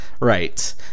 Right